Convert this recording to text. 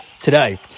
today